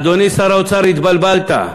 אדוני שר האוצר, התבלבלת.